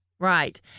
Right